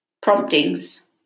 promptings